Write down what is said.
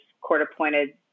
court-appointed